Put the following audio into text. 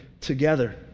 together